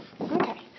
Okay